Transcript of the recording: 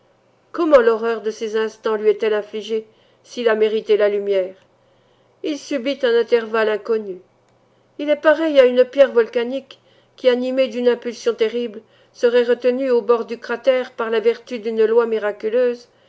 comment l'horreur de ces instants lui est-elle infligée s'il a mérité la lumière il subit un intervalle inconnu il est pareil à une pierre volcanique qui animée d'une impulsion terrible serait retenue au bord du cratère par la vertu d'une loi miraculeuse